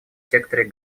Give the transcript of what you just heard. секторе